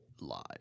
live